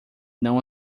não